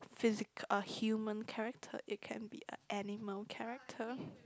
physical a human character it can be a animal character